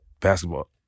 Basketball